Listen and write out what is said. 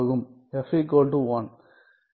f1 a